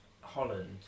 Holland